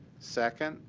second?